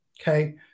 Okay